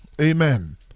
amen